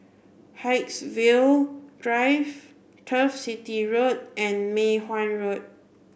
Haigsville Drive Turf City Road and Mei Hwan Road